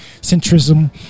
centrism